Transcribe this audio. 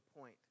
point